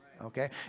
okay